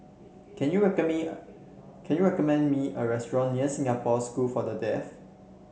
can you me can you recommend me a restaurant near Singapore School for the Deaf